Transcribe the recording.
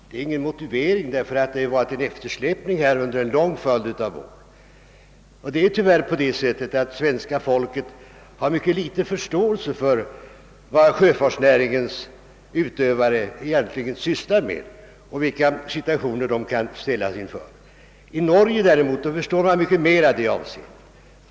Det är ingen motivering, ty det har varit en eftersläpning under en lång följd av år. Det är tyvärr på det sättet att svenska folket har mycket liten förståelse för vad sjöfolksnäringens utövare sysslar med och vilka situationer de kan ställas inför. I Norge däremot förstår man detta mycket bättre.